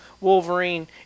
Wolverine